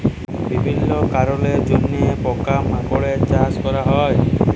বিভিল্য কারলের জন্হে পকা মাকড়ের চাস ক্যরা হ্যয়ে